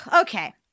Okay